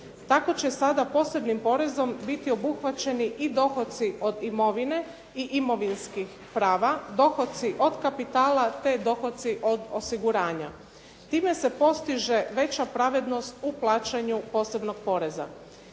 Tako će sada posebnim porezom biti obuhvaćeni i dohoci od imovine i imovinskih prava, dohoci od kapitala te dohotci od osiguranja. Time se postiže veća pravednost u plaćanju posebnog poreza.